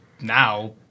now